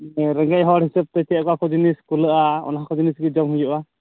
ᱨᱮᱸᱜᱮᱡᱽ ᱦᱚᱲ ᱦᱤᱥᱟᱹᱵᱛᱮ ᱚᱠᱟ ᱠᱚ ᱡᱤᱱᱤᱥ ᱠᱩᱞᱟᱹᱜᱼᱟ ᱚᱱᱟᱠᱚ ᱡᱤᱱᱤᱥ ᱜᱮ ᱡᱚᱢ ᱦᱩᱭᱩᱜᱼᱟ